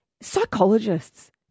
psychologists